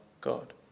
God